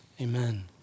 Amen